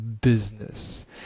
business